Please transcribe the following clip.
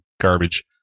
garbage